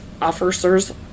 officers